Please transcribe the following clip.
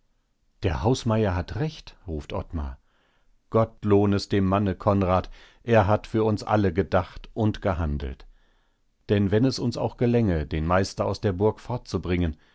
der hausmeier hat recht ruft ottmar gott lohn es dem manne konrad er hat für uns alle gedacht und gehandelt denn wenn es uns auch gelänge den meister aus der burg fortzubringen